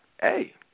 hey